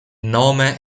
nome